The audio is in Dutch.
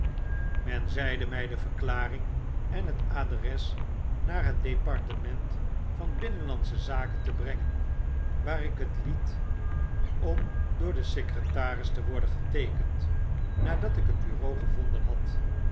men zeide my de verklaring en het adres naar het departement van binnenlandsche zaken te brengen waar ik het liet om door den secretaris te worden geteekend aadat ik het bureau gevonden had